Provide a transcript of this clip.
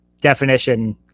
definition